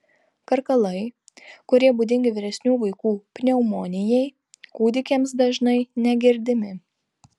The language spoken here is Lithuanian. karkalai kurie būdingi vyresnių vaikų pneumonijai kūdikiams dažnai negirdimi